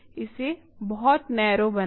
इसे बहुत नैरो बनाएं